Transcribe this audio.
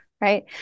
right